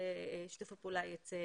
שיתוף הפעולה יצא